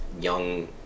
young